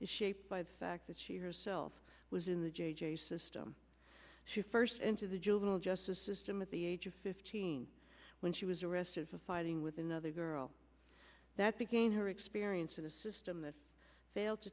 is shaped by the fact that she herself was in the j j system she first enter the juvenile justice system at the age of fifteen when she was arrested for fighting with another girl that gained her experience in a system that failed to